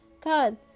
God